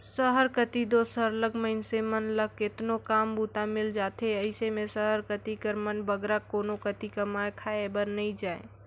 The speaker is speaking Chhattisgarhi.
सहर कती दो सरलग मइनसे मन ल केतनो काम बूता मिल जाथे अइसे में सहर कती कर मन बगरा कोनो कती कमाए खाए बर नी जांए